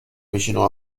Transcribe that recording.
vicino